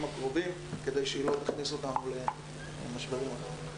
הקרובים כדי שהיא לא תכניס אותנו למשברים אחרים.